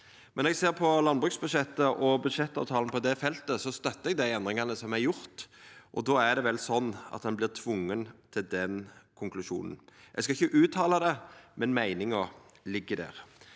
men når eg ser på landbruksbudsjettet og budsjettavtalen på det feltet, støttar eg dei endringane som er gjorde, og då er det vel slik at ein vert tvinga til den konklusjonen. Eg skal ikkje uttala det, men meininga ligg der.